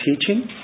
teaching